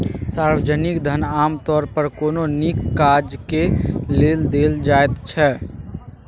सार्वजनिक धन आमतौर पर कोनो नीक काजक लेल देल जाइत छै